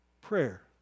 prayer